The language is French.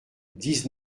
dix